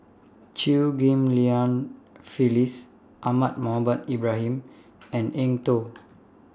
Chew Ghim Lian Phyllis Ahmad Mohamed Ibrahim and Eng Tow